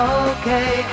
okay